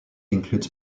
includes